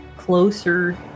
Closer